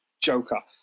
Joker